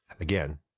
again